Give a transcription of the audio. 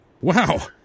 Wow